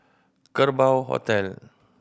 Kerbau Hotel